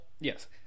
Yes